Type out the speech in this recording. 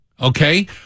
Okay